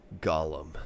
Gollum